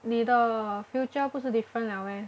你的 future 不是 different liao meh